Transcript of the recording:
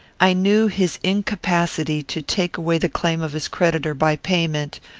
i knew his incapacity to take away the claim of his creditor by payment,